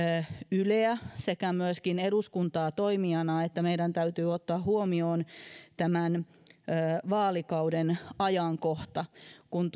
yleä sekä myöskin eduskuntaa toimijana että meidän täytyy ottaa huomioon tämän vaalikauden ajankohta kun